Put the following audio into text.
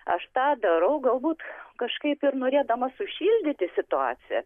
aš tą darau galbūt kažkaip ir norėdamas sušildyti situaciją